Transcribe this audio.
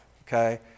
Okay